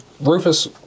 Rufus